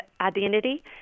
identity